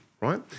right